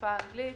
בשפה האנגלית.